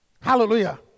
Hallelujah